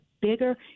bigger